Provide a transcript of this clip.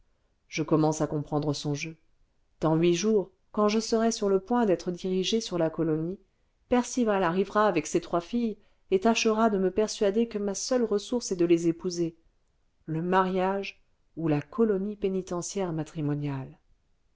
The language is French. je commence à comprendre son jeu dans huit jours quand je serai sur le point d'être dirigé sur la colonie percival arrivera avec ses trois filles et tâchera de me persuader que ma seule ressource est de les épouser le mariage ou la colonie pénitentiaire matrimoniale